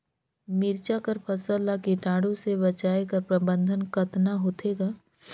मिरचा कर फसल ला कीटाणु से बचाय कर प्रबंधन कतना होथे ग?